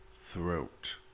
throat